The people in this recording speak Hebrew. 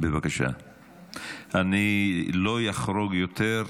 לא אחרוג יותר.